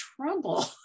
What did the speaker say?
trouble